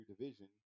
division